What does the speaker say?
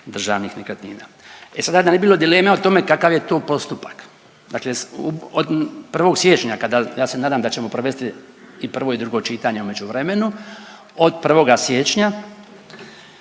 Državnih nekretnina. E sada, da ne bi bilo dileme o tome kakav je to postupak, dakle .../nerazumljivo/... od 1. siječnja, kada, ja se nadam da ćemo provesti i prvo i drugo čitanje u međuvremenu, od 1. siječnja